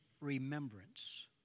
remembrance